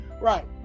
Right